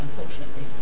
unfortunately